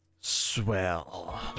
swell